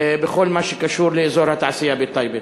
בכל מה שקשור לאזור התעשייה בטייבה.